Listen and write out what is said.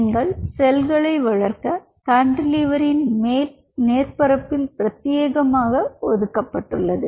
நீங்கள் செல்களை வளர்க்க கான்டிலீவரின் மேல் மேற்பரப்பில் பிரத்தியேகமாக ஒதுக்கப்பட்டுள்ளது